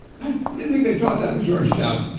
i didn't think they taught that at georgetown.